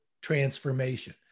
transformation